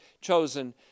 chosen